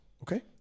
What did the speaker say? Okay